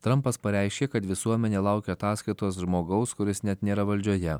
trampas pareiškė kad visuomenė laukia ataskaitos žmogaus kuris net nėra valdžioje